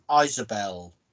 Isabel